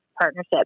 partnership